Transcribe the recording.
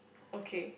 okay